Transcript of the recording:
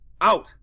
Out